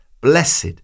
blessed